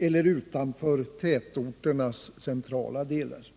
eller utanför tätorternas centrala delar.